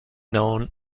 known